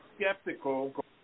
skeptical